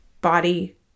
body